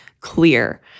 clear